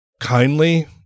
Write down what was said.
kindly